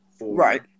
Right